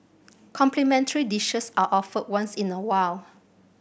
complimentary dishes are offered once in a while